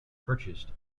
purchased